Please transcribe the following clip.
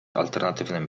alternatywnym